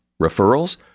Referrals